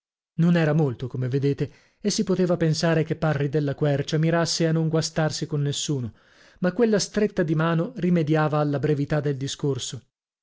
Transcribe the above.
non era molto come vedete e si poteva pensare che parri della quercia mirasse a non guastarsi con nessuno ma quella stretta di mano rimediava alla brevità del discorso